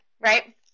right